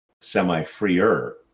semi-freer